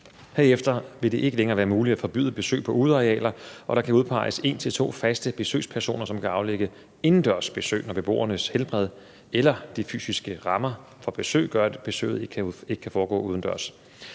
Herefter vil det ikke længere være muligt at forbyde besøg på udearealer, og der kan udpeges en til to faste besøgspersoner, som kan aflægge indendørs besøg, når beboernes helbred eller de fysiske rammer for besøg gør, at besøget ikke kan foregå udendørs.